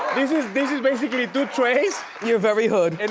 this is, this is basically two trays. you have every hood. and